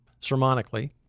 sermonically